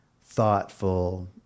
thoughtful